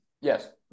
Yes